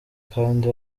kandi